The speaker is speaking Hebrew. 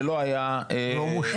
זה לא היה --- זה לא מושלם.